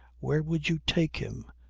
where would you take him?